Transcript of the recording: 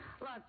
Look